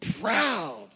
proud